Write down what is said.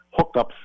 hookups